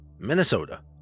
Minnesota